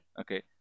Okay